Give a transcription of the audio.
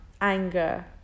anger